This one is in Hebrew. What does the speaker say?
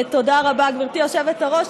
תודה רבה, גברתי היושבת-ראש.